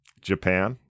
Japan